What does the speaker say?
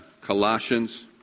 Colossians